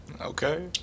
Okay